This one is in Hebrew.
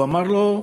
הוא אמר לו,